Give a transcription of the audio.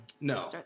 no